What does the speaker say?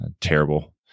Terrible